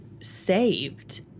saved